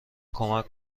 کمک